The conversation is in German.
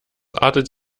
artet